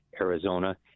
arizona